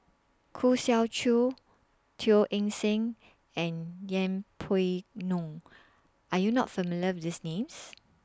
Khoo Swee Chiow Teo Eng Seng and Yeng Pway Ngon Are YOU not familiar with These Names